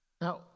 Now